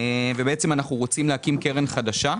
ואנחנו רוצים להקים קרן חדשה.